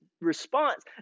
response